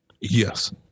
Yes